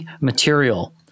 material